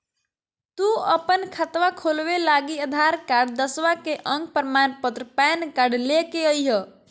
तू अपन खतवा खोलवे लागी आधार कार्ड, दसवां के अक प्रमाण पत्र, पैन कार्ड ले के अइह